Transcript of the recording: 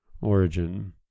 Origin